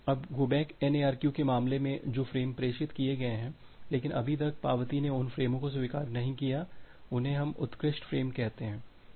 अब go back N ARQ के मामले में जो फ़्रेम प्रेषित किए गए हैं लेकिन अभी तक पावती ने उन फ़्रेमों को स्वीकार नहीं किया उन्हें हम उत्कृष्ट फ़्रेम कहते हैं